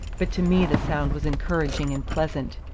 but to me the sound was encouraging and pleasant,